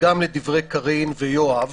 וגם לדברי קארין ויואב.